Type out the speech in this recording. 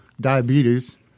diabetes